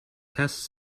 test